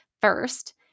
first